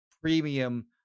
premium